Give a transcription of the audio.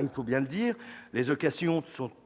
Il faut bien le dire, les occasions